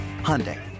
Hyundai